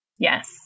Yes